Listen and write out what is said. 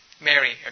Mary